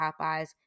Popeyes